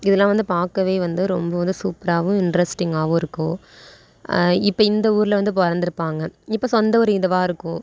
இதெல்லாம் வந்து பார்க்கவே வந்து ரொம்பவும் வந்து சூப்பராகவும் இன்ட்ரெஸ்டிங்காகவும் இருக்கும் இப்போ இந்த ஊரில் வந்து பிறந்துருப்பாங்க இப்போ சொந்த ஊர் இதுவாகருக்கும்